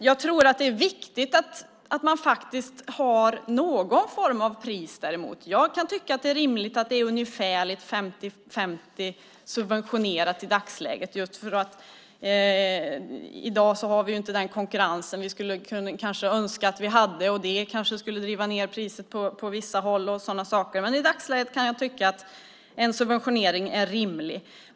Jag tror att det är viktigt att man har någon form av pris däremot. Jag kan tycka att det är rimligt att det är subventionerat med ungefär 50 procent i dagsläget. I dag har vi inte den konkurrensen som vi kanske skulle önska att vi hade. Det skulle kanske driva ned priset på vissa håll. I dagsläget kan jag tycka att en subventionering är rimlig.